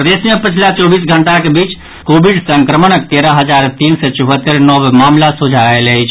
प्रदेश मे पछिला चौबीस घंटाक बीच कोविड संक्रमणक तेरह हजार तीन सय चौहत्तरि नव मामिला सोझा आयल अछि